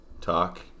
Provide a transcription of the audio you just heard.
talk